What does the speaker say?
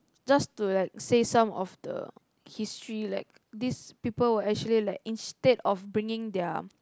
just to like say some of the history like this people will actually like instead of bringing their